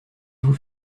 vous